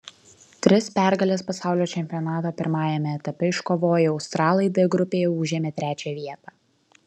tris pergales pasaulio čempionato pirmajame etape iškovoję australai d grupėje užėmė trečią vietą